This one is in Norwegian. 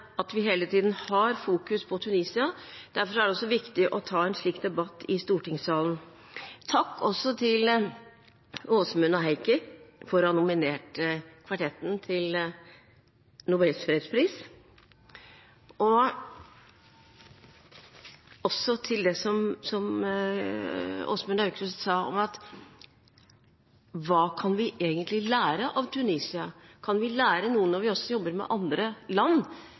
at vi hele tiden har fokus på Tunisia, derfor er det også viktig å ta en slik debatt i stortingssalen. Takk også til representantene Åsmund Aukrust og Heikki Eidsvoll Holmås for å ha nominert kvartetten til Nobels fredspris. Så til det som Åsmund Aukrust sa, om hva vi egentlig kan lære av Tunisia. Kan vi lære noe når vi også jobber med andre land?